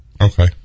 Okay